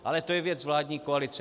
Ale to je věc vládní koalice.